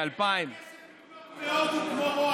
מי 2,000. אין להם כסף לקנות מהודו כמו רוה"מ,